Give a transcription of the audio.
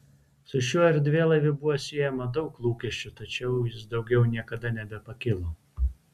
su šiuo erdvėlaiviu buvo siejama daug lūkesčių tačiau jis daugiau niekada nebepakilo